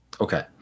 Okay